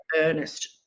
earnest